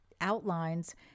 outlines